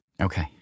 Okay